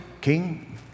king